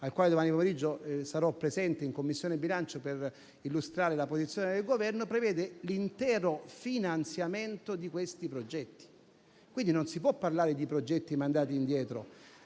ore (e domani pomeriggio sarò presente in Commissione bilancio per illustrare la posizione del Governo), prevede l'intero finanziamento di questi progetti. Non si può parlare quindi di progetti mandati indietro: